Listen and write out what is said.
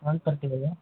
one thirty ಮೇಲೆ